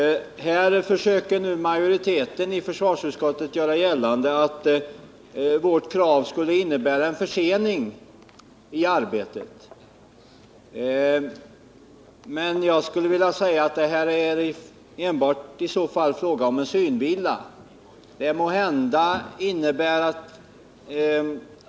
Här försöker nu majoriteten i försvarsutskottet göra gällande att vårt krav skulle innebära en försening i arbetet. Jag påstår att det är en synvilla.